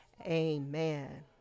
amen